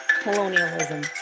colonialism